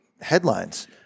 headlines